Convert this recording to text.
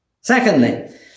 Secondly